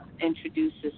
introduces